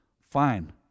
fine